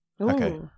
Okay